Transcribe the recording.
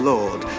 Lord